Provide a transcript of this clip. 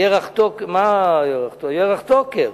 ירח טוקר